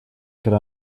could